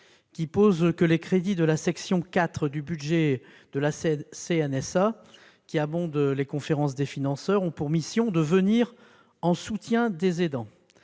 qui prévoit que les crédits de la section IV du budget de la CNSA, abondant les conférences des financeurs, sont destinés à venir en soutien des aidants.